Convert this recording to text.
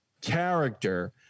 character